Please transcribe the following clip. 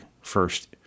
first